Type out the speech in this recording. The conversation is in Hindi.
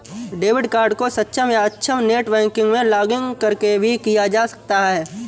डेबिट कार्ड को सक्षम या अक्षम नेट बैंकिंग में लॉगिंन करके भी किया जा सकता है